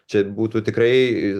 čia būtų tikrai